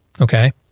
okay